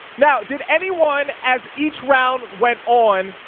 now, did anyone, as each round went on,